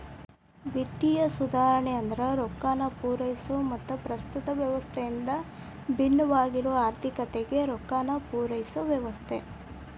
ವಿತ್ತೇಯ ಸುಧಾರಣೆ ಅಂದ್ರ ರೊಕ್ಕಾನ ಪೂರೈಸೊ ಮತ್ತ ಪ್ರಸ್ತುತ ವ್ಯವಸ್ಥೆಯಿಂದ ಭಿನ್ನವಾಗಿರೊ ಆರ್ಥಿಕತೆಗೆ ರೊಕ್ಕಾನ ಪೂರೈಸೊ ವ್ಯವಸ್ಥೆ